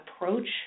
approach